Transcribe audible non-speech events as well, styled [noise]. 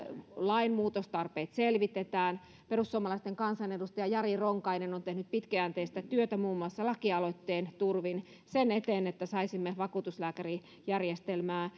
lainmuutostarpeet selvitetään perussuomalaisten kansanedustaja jari ronkainen on tehnyt pitkäjänteistä työtä muun muassa lakialoitteen turvin sen eteen että saisimme vakuutuslääkärijärjestelmää [unintelligible]